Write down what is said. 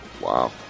Wow